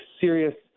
serious